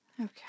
Okay